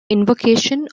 invocation